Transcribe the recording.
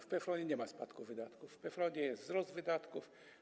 W PFRON-ie nie ma spadku wydatków, w PFRON-ie jest wzrost wydatków.